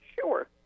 Sure